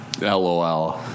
LOL